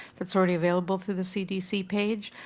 that's already available to the cdc page,